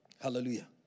Hallelujah